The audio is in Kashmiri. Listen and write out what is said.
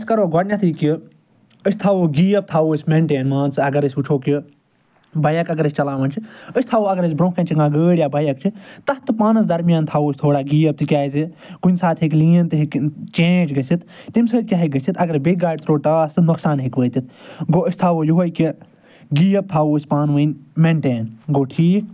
أسۍ کرو گۄڈٕنٮ۪تھ یہِ کہِ أسۍ تھاوو گیپ تھاوو أسۍ مٮ۪نٛٹین مان ژٕ اگرأسۍ وٕچھو کہِ بایَک اگر أسۍ چلاوان چھِ أسۍ تھاوو اگر اَسہِ برٛونٛہہ کَنہِ چھِ کانٛہہ گٲڑۍ یا بایَک چھِ تتھ تہٕ پانَس درمیان تھاوو أسۍ تھوڑا گیپ تِکیٛازِ کُنہِ ساتہِ ہیٚکہِ لین تہِ ہیٚکہِ چینٛج گٔژھِتھ تَمہِ سۭتۍ کیٛاہ ہیٚکہِ گٔژھِتھ اگرَے بیٚکۍ گاڑِ ترٛوو ٹاس تہٕ نۄقصان ہیٚکہِ وٲتِتھ گوٚو أسۍ تھاوو یِہوٚے کہِ گیپ تھاوو أسۍ پانہٕ ؤنۍ مٮ۪نٛٹین گوٚو ٹھیٖک